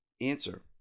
answer